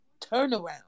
turnaround